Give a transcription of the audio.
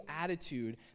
attitude